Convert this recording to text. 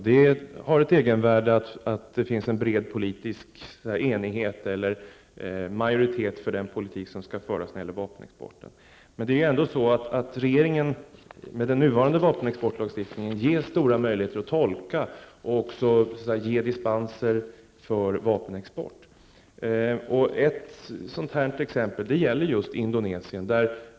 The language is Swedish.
Herr talman! Det har ett egenvärde att det finns en bred politisk enighet eller majoritet för den politik som skall föras när det gäller vapenexporten. Men med den nuvarande vapenexportlagstiftningen ges regeringen stora möjligheter till tolkningar och beviljande av dispenser för vapenexport. Ett exempel är just Indonesien.